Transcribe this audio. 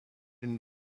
and